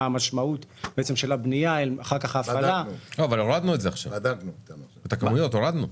מה המשמעות בעצם של הבנייה אחר כך ההפעלה --- את הכמויות הורדנו.